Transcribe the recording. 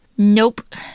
Nope